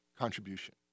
contribution